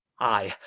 i,